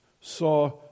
saw